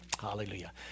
Hallelujah